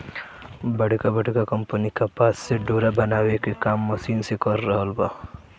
बड़का बड़का कंपनी कपास से डोरा बनावे के काम मशीन से कर रहल बा